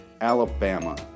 Alabama